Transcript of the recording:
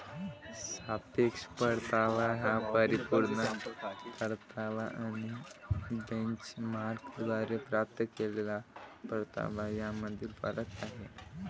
सापेक्ष परतावा हा परिपूर्ण परतावा आणि बेंचमार्कद्वारे प्राप्त केलेला परतावा यामधील फरक आहे